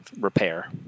repair